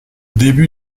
début